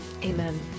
Amen